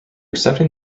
accepting